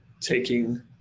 taking